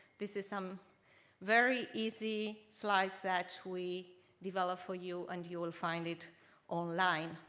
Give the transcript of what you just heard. this is some very easy slides that we develop for you and you will find it online.